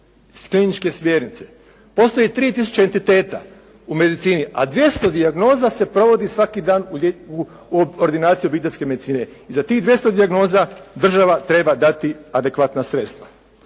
kliničke smjernice. Postoji 3 tisuće entiteta u medicini, a 200 dijagnoza se provodi svaki dan u ordinaciji obiteljske medicine. I za tih 200 dijagnoza država treba dati adekvatna sredstva.